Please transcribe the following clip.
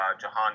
Jahan